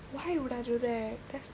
why would I do that that's